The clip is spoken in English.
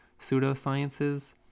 pseudosciences